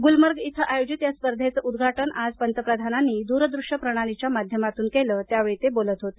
गुलमर्ग इथं आयोजित या स्पर्धेचं उद्घाटन आज पंतप्रधानांनी दूरदृश्य प्रणालीच्या माध्यमातून झालं त्यावेळी बोलत होते